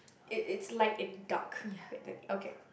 it it's light in dark like that okay